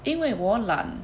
因为我懒